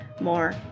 more